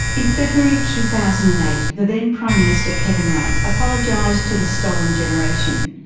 in february two thousand and eight the then prime minister, kevin rudd, apologised to the stolen generation.